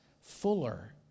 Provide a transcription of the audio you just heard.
fuller